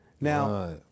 Now